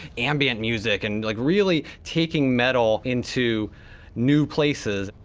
ambient music and like, really taking metal into new places.